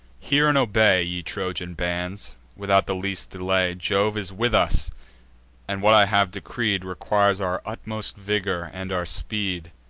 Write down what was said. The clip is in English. hear and obey, ye trojan bands, without the least delay jove is with us and what i have decreed requires our utmost vigor, and our speed.